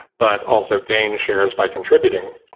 but also gain shares by contributing,